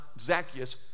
Zacchaeus